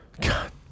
God